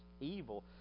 evil